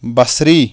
بصری